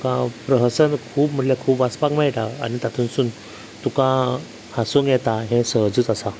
तुका प्रहसन खूब म्हळ्यार खूब वाचपाक मेळटा आनी तातूंतसून तुका हासूंक येता हें सहजूच आसा